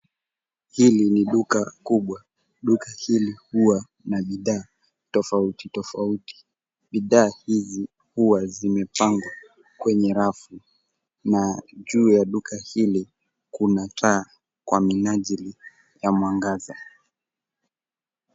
Hili ni duka kubwa. Duka hili huwa na bidhaa tofauti tofauti. Bidhaa hizi huwa zimepangwa kwenye rafu na juu ya duka hili kuna taa kwa minajili ya mwangaza.